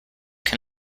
can